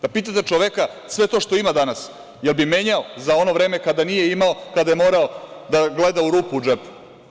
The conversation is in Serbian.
Kada pitate čoveka sve to što ima danas, jel bi menjao za ono vreme kada nije imao, kada je morao da gleda u rupu u džepu?